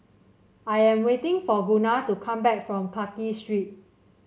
I am waiting for Gunnar to come back from Clarke Street